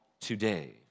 today